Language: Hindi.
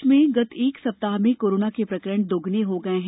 प्रदेश में गत एक सप्ताह में कोरोना के प्रकरण दोगुने हो गए हैं